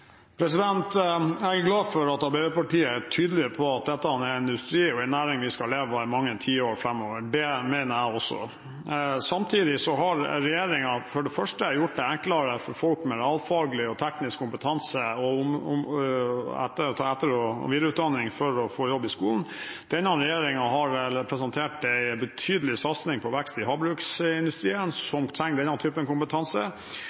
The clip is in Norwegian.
Jeg er glad for at Arbeiderpartiet er tydelig på at dette er en industri og en næring vi skal leve av i mange tiår framover. Det mener jeg også. Samtidig har regjeringen for det første gjort det enklere for folk med realfaglig og teknisk kompetanse å ta etter- og videreutdanning for å få jobb i skolen. Denne regjeringen har presentert en betydelig satsing på vekst i havbruksindustrien, som trenger denne typen kompetanse.